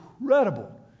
incredible